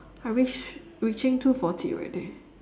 I reach reaching two forty already